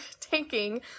taking